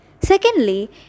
Secondly